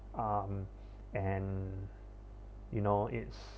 um and you know it's